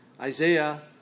Isaiah